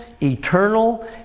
eternal